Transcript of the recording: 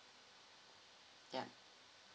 ya